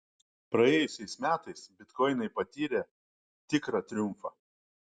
praėjusiais metais bitkoinai patyrė tikrą triumfą